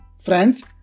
Friends